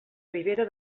ribera